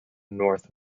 north